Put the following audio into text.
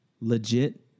Legit